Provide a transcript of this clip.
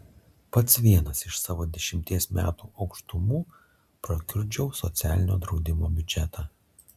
pats vienas iš savo dešimties metų aukštumų prakiurdžiau socialinio draudimo biudžetą